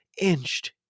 inched